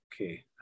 okay